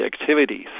activities